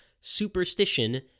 superstition